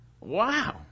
Wow